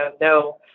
no